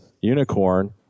Unicorn